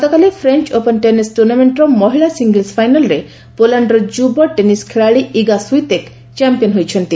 ଗତକାଲି French open tennis tournament ମହିଳା singles ଫାଇନାଲରେ ପୋଲାଣ୍ଡର ଯୁବା ଟେନିସ୍ ଖେଳାଳି ଇଗା ସ୍ପିତେକ୍ ଚାମ୍ପିଅନ୍ ହୋଇଛନ୍ତି